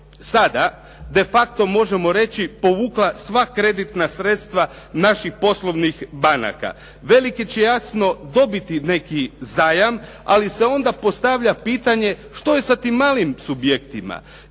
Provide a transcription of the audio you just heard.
sada de facto možemo reći povukla sva kreditna sredstva naših poslovnih banaka. Veliki će jasno dobiti neki zajam ali se onda postavlja pitanje što je sa tim malim subjektima.